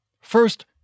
First